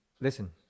listen